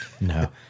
No